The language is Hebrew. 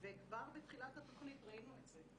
וכבר בתחילת התוכנית ראינו את זה.